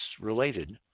related